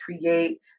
create